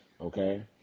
Okay